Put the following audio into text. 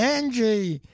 Angie